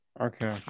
Okay